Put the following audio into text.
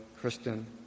Kristen